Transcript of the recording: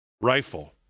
rifle